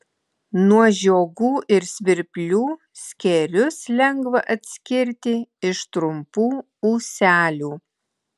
nuo žiogų ir svirplių skėrius lengva atskirti iš trumpų ūselių